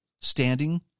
standing